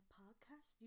podcast